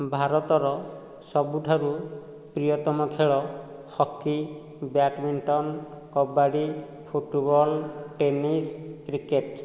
ଭାରତର ସବୁଠାରୁ ପ୍ରିୟତମ ଖେଳ hockey badminton kabaddi football tennis cricket